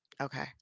Okay